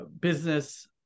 business